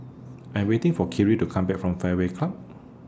I'm waiting For Kyree to Come Back from Fairway Club